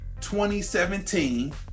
2017